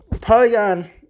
Polygon